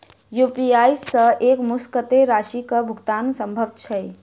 UPI सऽ एक मुस्त कत्तेक राशि कऽ भुगतान सम्भव छई?